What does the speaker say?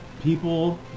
people